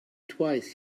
twice